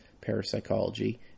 parapsychology